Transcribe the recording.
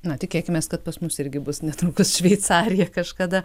na tikėkimės kad pas mus irgi bus netrukus šveicarija kažkada